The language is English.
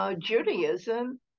Judaism